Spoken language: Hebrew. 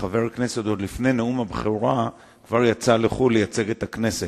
שחבר כנסת עוד לפני נאום הבכורה שלו כבר יוצא לחו"ל לייצג את הכנסת,